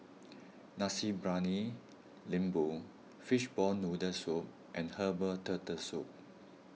Nasi Briyani Lembu Fishball Noodle Soup and Herbal Turtle Soup